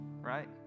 right